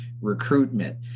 recruitment